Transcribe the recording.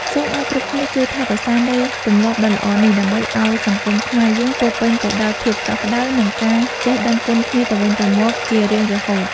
សូមឱ្យគ្រប់គ្នាជួយថែរក្សានូវទម្លាប់ដ៏ល្អនេះ ដើម្បីឱ្យសង្គមខ្មែរយើងពោពេញទៅដោយភាពកក់ក្តៅ និងការចេះដឹងគុណគ្នាទៅវិញទៅមកជារៀងរហូត។